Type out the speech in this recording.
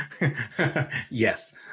Yes